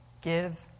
Give